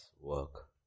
work